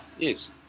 Yes